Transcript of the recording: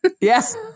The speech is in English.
Yes